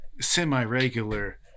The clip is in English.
semi-regular